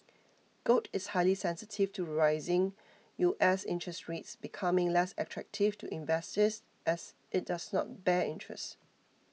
gold is highly sensitive to rising U S interest rates becoming less attractive to investors as it does not bear interest